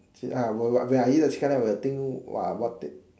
ah when I eat the chicken rice I will think !wah! what